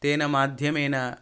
तेन माध्यमेन